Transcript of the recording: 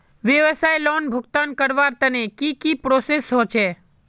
व्यवसाय लोन भुगतान करवार तने की की प्रोसेस होचे?